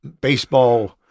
baseball